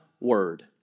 word